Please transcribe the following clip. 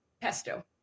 Pesto